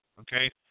Okay